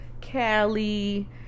Cali